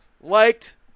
liked